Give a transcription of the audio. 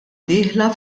dieħla